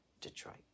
Detroit